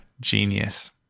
genius